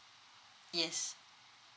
yes